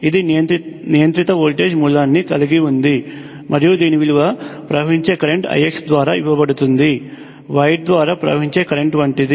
ఇది నియంత్రిత వోల్టేజ్ మూలాన్ని కలిగి ఉంది మరియు దీని విలువ ప్రవహించే కరెంట్ Ix ద్వారా ఇవ్వబడుతుంది వైర్ ద్వారా ప్రవహించే కరెంట్ వంటిది